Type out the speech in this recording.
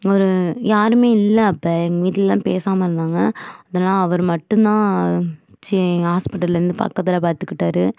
ஒரு யாருமே இல்லை அப்போ எங்கள் வீட்லலாம் பேசாமல் இருந்தாங்க அதனால் அவர் மட்டும்தான் சி ஹாஸ்பிட்டலில் இருந்து பக்கத்தில் பாத்துக்கிட்டார்